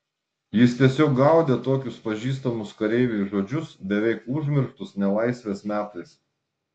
jis tiesiog gaudė tokius pažįstamus kareiviui žodžius beveik užmirštus nelaisvės metais